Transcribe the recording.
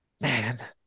Man